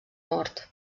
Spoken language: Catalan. mort